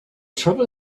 trouble